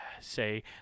say